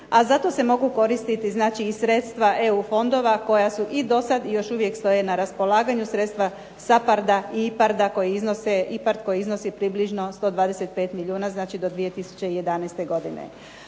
A za to se mogu koristiti znači i sredstva EU fondova koja su i do sad i još uvijek stoje na raspolaganju sredstva SAPARD-a i IPARD-a koji iznose, IPARD koji iznosi približno 125 milijuna. Znači do 2011. godine.